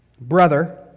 Brother